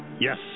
Yes